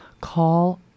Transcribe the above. call